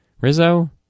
Rizzo